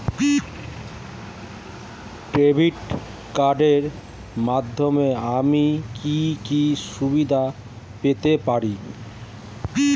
Debit কার্ডের মাধ্যমে আমি কি কি সুবিধা পেতে পারি?